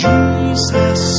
Jesus